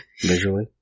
visually